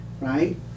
right